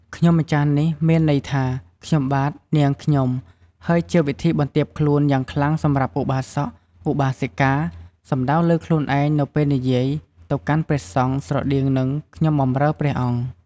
ខ្ញុំម្ចាស់នេះមានន័យថា "ខ្ញុំបាទ នាងខ្ញុំ" ហើយជាវិធីបន្ទាបខ្លួនយ៉ាងខ្លាំងសម្រាប់ឧបាសក ឧបាសិកា សំដៅលើខ្លួនឯងនៅពេលនិយាយទៅកាន់ព្រះសង្ឃ ស្រដៀងនឹង "ខ្ញុំបម្រើព្រះអង្គ"។